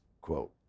quote